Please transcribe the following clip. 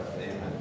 Amen